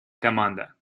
команда